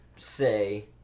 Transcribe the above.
say